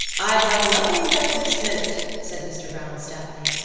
i'd like nothing better this minute, said mr. browne stoutly,